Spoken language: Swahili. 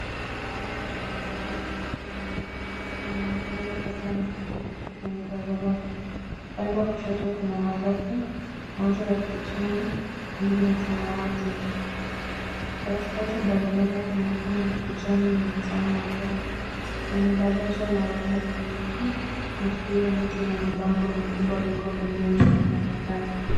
Barabara pana yenye njia nyingi. Kuna magari kadhaa na pikipiki kwenye barabara. Upande wa kushoto kuna mabasi, moja ya kijani, nyingine ya samawati. Katikati ya barabara kuna njia ya kijani na taa moja. Kuna daraja ya waendako kwa miguu na pia miti na mabango viko pembeni mwa barabara.